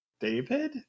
david